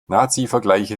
nazivergleiche